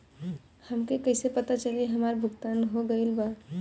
हमके कईसे पता चली हमार भुगतान हो गईल बा?